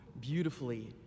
beautifully